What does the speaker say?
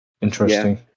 interesting